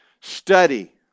study